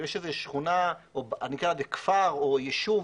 אם יש שכונה או כפר או ישוב